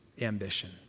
ambition